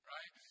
Right